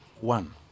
One